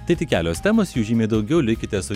tai tik kelios temos jų žymiai daugiau likite su